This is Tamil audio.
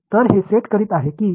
எனவே இது வெற்றிடம்